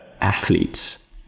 athletes